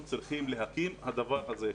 להקים את הדבר הזה,